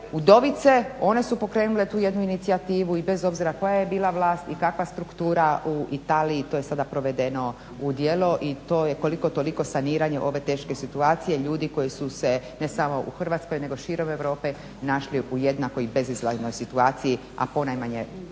udovice, one su pokrenule tu jednu inicijativu i bez obzira koja je bila vlast i kakva struktura u Italiji to je sada provedeno u djelo i to je koliko toliko saniranje ove teške situacije ljudi koji su se ne samo u Hrvatskoj nego širom Europe našli u jednakoj i bezizlaznoj situaciji a ponajmanje